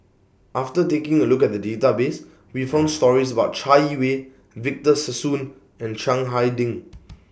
after taking A Look At The Database We found stories about Chai Yee Wei Victor Sassoon and Chiang Hai Ding